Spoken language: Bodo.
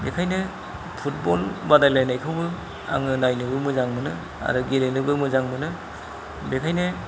बेखायनो फुटबल बादायलायनायखौबो आङो नायनोबो मोजां मोनो आरो गेलेनोबो मोजां मोनो बेखायनो